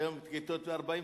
היום כיתות של 40 תלמידים.